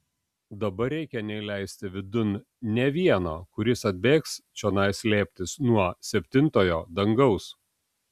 dabar reikia neįleisti vidun nė vieno kuris atbėgs čionai slėptis nuo septintojo dangaus